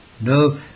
no